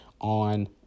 on